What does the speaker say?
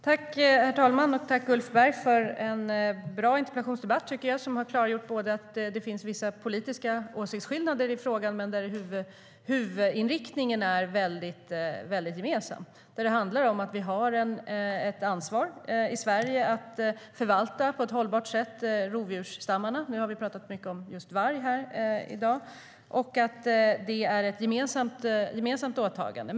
Herr talman! Jag tackar Ulf Berg för en bra interpellationsdebatt som har klargjort att det finns vissa politiska åsiktsskillnader i frågan men att huvudinriktningen är gemensam. Vi har ett ansvar i Sverige att på ett hållbart sätt förvalta rovdjursstammarna - i dag har vi pratat mycket om just varg - och att det är ett gemensamt åtagande.